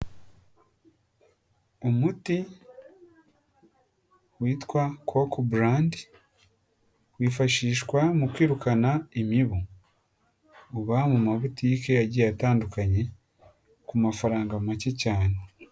Umuti witwa Cock brand wifashishwa mu kwirukana imibu, uba mu mabutike agiye atandukanye ku mafaranga make cyane.